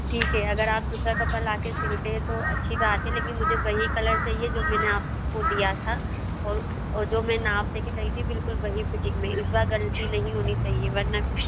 ठीक है अगर आप दूसरा कपड़ा लाके सिलते हैं तो अच्छी बात है लेकिन मुझे वही कलर चाहिए जो मैंने आपको दिया था और और जो मैं नाप देके गई थी बिलकुल वही फ़िटिंग में इस बार गलती नहीं होनी चाहिए वर्ना